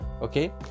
okay